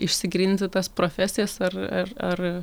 išsigryninti tas profesijas ar ar ar